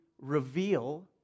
reveal